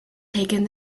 taken